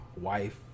wife